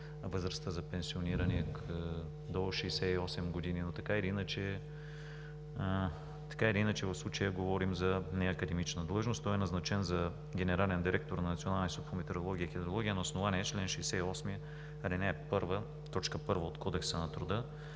възрастта за пенсиониране до 68 години, но така или иначе в случая говорим за неакадемична длъжност. Той е назначен за генерален директор на Националния институт по метеорология и хидрология на основание чл. 68, ал. 1, т. 1 от Кодекса на труда,